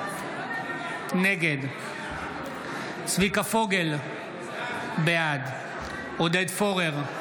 נגד צביקה פוגל, בעד עודד פורר,